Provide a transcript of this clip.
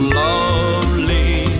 lovely